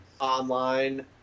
online